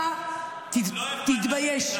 אתה תתבייש.